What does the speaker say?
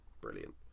brilliant